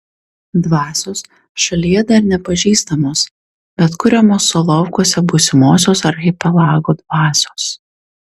dvasios šalyje dar nepažįstamos bet kuriamos solovkuose būsimosios archipelago dvasios